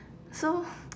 so